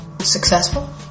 successful